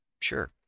Sure